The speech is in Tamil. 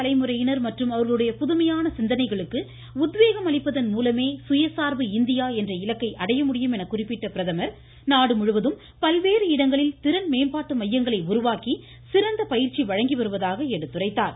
தலைமுறையினர் மற்றும் அவர்களுடைய புதுமையான இளைய சிந்தனைகளுக்கு உத்வேகம் அளிப்பதன் மூலமே சுயசார்பு இந்தியா என்ற இலக்கை அடைய முடியும் என குறிப்பிட்ட பிரதமர் நாடுமுழுவதும் பல்வேறு இடங்களில் திறன் மேம்பாட்டு மையங்களை உருவாக்கி சிறந்த பயிற்சி வழங்கி வருவதாக எடுத்துரைத்தார்